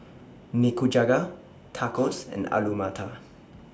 Nikujaga Tacos and Alu Matar